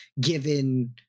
given